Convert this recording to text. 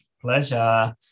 pleasure